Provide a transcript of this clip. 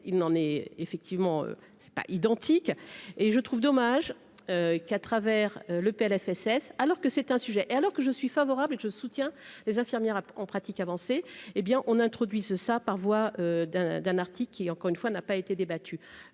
il n'en est effectivement c'est pas identique et je trouve dommage qu'à travers le PLFSS alors que c'est un sujet et alors que je suis favorable et je soutiens les infirmières en pratique avancée hé bien on introduit ce ça par voie d'un d'un article qui encore une fois, n'a pas été débattues,